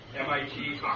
MIT